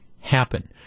happen